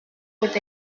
with